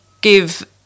give